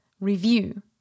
review